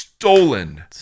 Stolen